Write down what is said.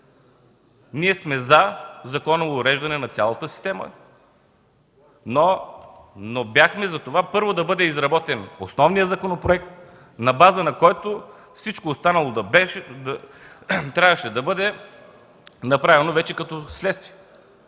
Ние сме за законово уреждане на цялата система, но бяхме за това първо да бъде изработен основният законопроект и на негова база всичко останало да бъде направено като следствие.